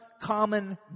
common